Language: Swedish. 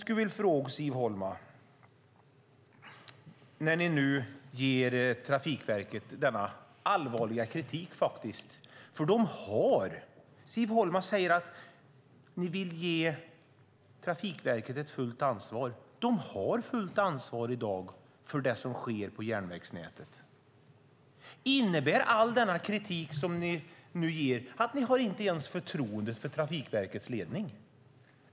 Nu ger ni Trafikverket allvarlig kritik. Samtidigt säger ni att ni vill ge Trafikverket fullt ansvar. De har fullt ansvar i dag för det som sker på järnvägsnätet. Innebär all den kritik som ni nu ger att ni inte har förtroende för Trafikverkets ledning?